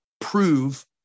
prove